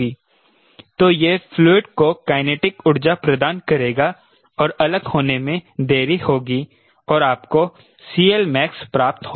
तो यह फ्ल्यूड को काईनेटिक ऊर्जा प्रदान करेगा और अलग होने में देरी होगी और आपको CLmax प्राप्त होगा